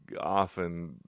often